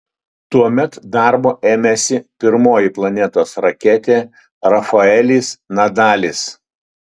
tuomet darbo ėmėsi pirmoji planetos raketė rafaelis nadalis